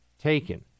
taken